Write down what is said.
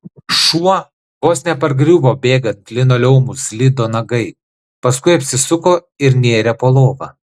šuo vos nepargriuvo bėgant linoleumu slydo nagai paskui apsisuko ir nėrė po lova